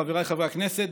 חבריי חברי הכנסת,